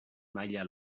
maila